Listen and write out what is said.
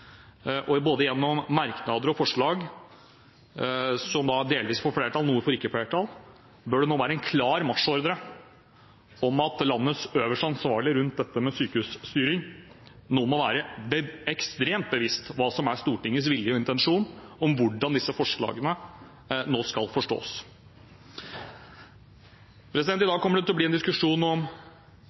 Både gjennom merknader og forslag, som delvis får flertall, noen får ikke flertall, bør det være en klar marsjordre til landets øverste ansvarlige rundt sykehusstyring, som må være ekstremt bevisst på hva som er Stortingets vilje og intensjon om hvordan disse forslagene nå skal forstås. I dag kommer det til å bli en diskusjon om